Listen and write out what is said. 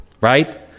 right